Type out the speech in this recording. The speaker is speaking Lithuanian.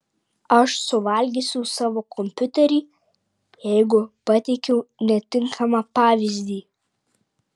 aš suvalgysiu savo kompiuterį jeigu pateikiau netinkamą pavyzdį